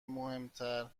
مهمتر